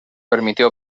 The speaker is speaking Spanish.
permitió